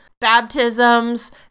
baptisms